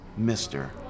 Mr